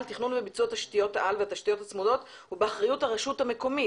תכנון וביצוע תשתיות העל והתשתיות הצמודות הוא באחריות הרשות המקומית".